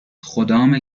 خدامه